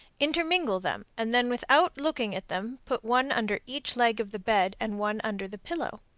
intermingle them, and then without looking at them put one under each leg of the bed and one under the pillow.